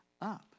up